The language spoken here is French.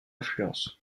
influence